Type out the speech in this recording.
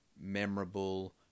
memorable